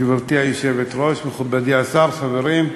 גברתי היושבת-ראש, מכובדי השר, חברים,